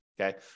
okay